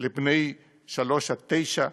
לבני שלוש עד תשע,